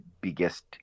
biggest